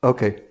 Okay